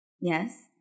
Yes